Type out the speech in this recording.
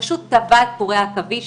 פשוט טווה את קורי העכביש,